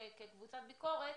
כקבוצת ביקורת,